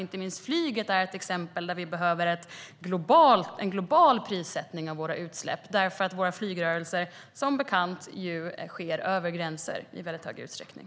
Inte minst är flyget ett exempel där vi behöver en global prissättning av våra utsläpp, då våra flygrörelser som bekant sker över gränser i väldigt stor utsträckning.